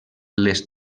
les